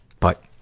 but,